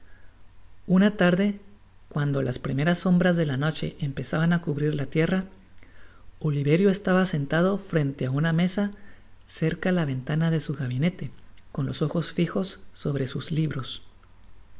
una tarde cuando las primeras sombras de la noche empezaban á cubrir la tierra oliverio estaba sentado frente á una mesa cerca la venlana de su gabinete con los ojos fijos sobre sus libros